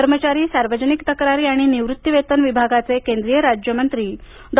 कर्मचारी सावर्जनिक तक्रारी आणि निवृत्तिवेतन विभागाचे केंद्रीय राज्यमंत्री डॉ